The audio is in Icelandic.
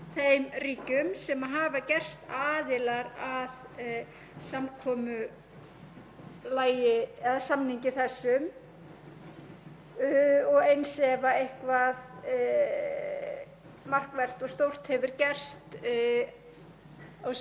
og eins ef eitthvað markvert og stórt hefur gerst á sviði alþjóðastjórnmálanna sem talið hefur verið mikilvægt að koma inn í greinargerðina.